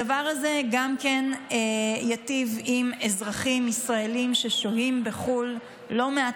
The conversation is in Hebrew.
הדבר הזה ייטיב גם עם אזרחים ישראלים ששוהים בחו"ל לא מעט